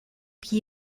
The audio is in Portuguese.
que